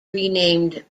renamed